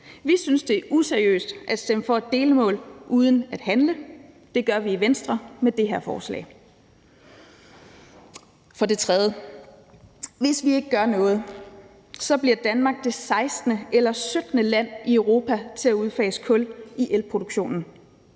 Vi synes, det er useriøst at stemme for et delmål uden at handle. Det gør vi i Venstre med det her forslag. For det tredje: Hvis vi ikke gør noget, bliver Danmark det 16. eller 17. land i Europa til at udfase kul i elproduktionen.